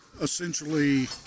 essentially